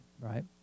right